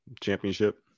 championship